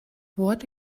what